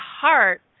heart